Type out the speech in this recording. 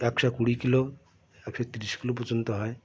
একশো কুড়ি কিলো একশো তিরিশ কিলো পর্যন্ত হয়